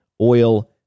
oil